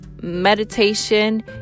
meditation